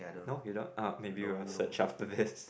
no you don't oh maybe we will search after this